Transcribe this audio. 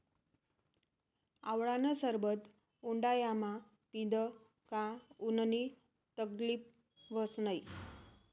आवळानं सरबत उंडायामा पीदं का उननी तकलीब व्हस नै